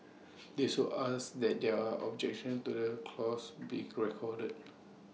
they are so asked that their objection to the clause be correct corded